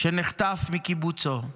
שנחטף מקיבוצו,